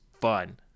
fun